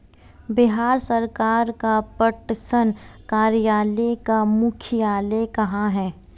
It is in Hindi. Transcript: बिहार सरकार का पटसन कार्यालय का मुख्यालय कहाँ है?